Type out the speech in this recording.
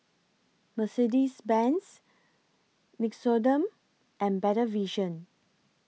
Mercedes Benz Nixoderm and Better Vision